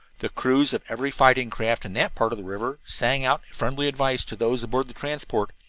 the crews of every fighting craft in that part of the river sang out friendly advice to those aboard the transport,